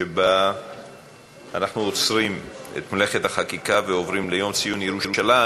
שבה אנחנו עוצרים את מלאכת החקיקה ועוברים לציון יום ירושלים,